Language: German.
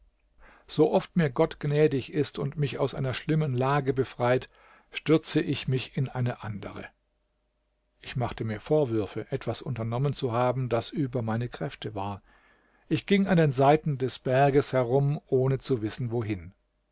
so oft mir gott gnädig ist und mich aus einer schlimmen lage befreit stürze ich mich in eine andere ich machte mir vorwürfe etwas unternommen zu haben das über meine kräfte war ich ging an den seiten des berges herum ohne zu wissen wohin